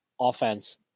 offense